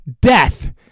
death